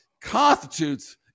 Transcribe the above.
constitutes